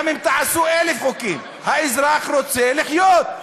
גם אם תעשו 1,000 חוקים, האזרח רוצה לחיות.